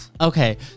Okay